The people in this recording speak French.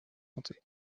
santé